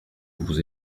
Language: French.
vous